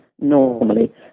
normally